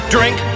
Drink